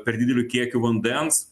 per dideliu kiekiu vandens